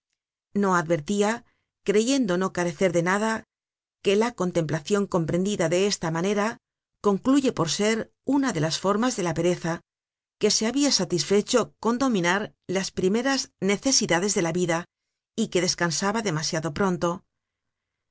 no advertia creyendo no carecer de nada que la contemplacion comprendida de esta manera concluye por ser una de las formas de la pereza que se habia satisfecho con dominar las primeras necesidades de la vida y que descansaba demasiado pronto